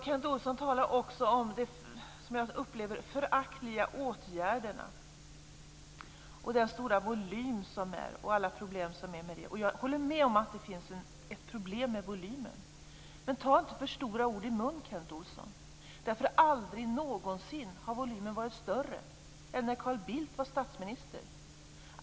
Kent Olsson talade också om de - som jag upplever att han menade - föraktliga åtgärderna, den stora volymen och alla problem i samband därmed. Jag håller med om att det är problem med volymen. Men ta inte för stora ord i munnen, Kent Olsson. Aldrig någonsin har volymen varit större än när Carl Bildt var statsminister.